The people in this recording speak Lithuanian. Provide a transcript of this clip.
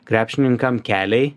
krepšininkam keliai